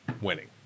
winning